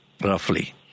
roughly